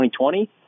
2020